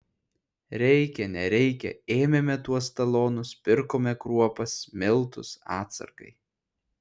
reikia nereikia ėmėme tuos talonus pirkome kruopas miltus atsargai